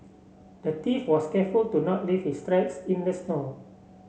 the thief was careful to not leave his tracks in the snow